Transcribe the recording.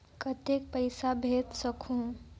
कतेक पइसा भेज सकहुं?